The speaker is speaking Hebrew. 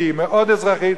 כי היא מאוד אזרחית,